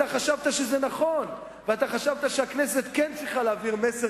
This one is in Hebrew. אתה חשבת שזה נכון ואתה חשבת שהכנסת כן צריכה להעביר מסר